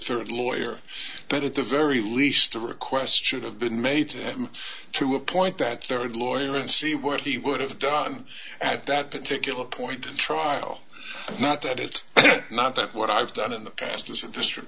thirty lawyer but at the very least the requests should have been made to him to appoint that third lawyer and see what he would have done at that particular point in trial not that it's not that what i've done in the past as a district